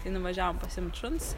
tai nuvažiavom pasiimt šuns